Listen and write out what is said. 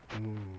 mm